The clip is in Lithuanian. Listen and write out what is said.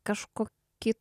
kažko ki